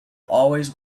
always